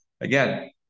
Again